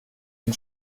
den